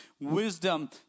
wisdom